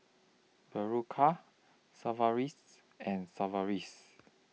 Berocca Sigvaris and Sigvaris